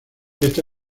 esta